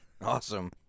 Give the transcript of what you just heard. Awesome